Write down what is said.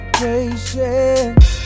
patience